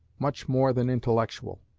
much more than intellectual.